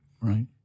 right